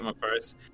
first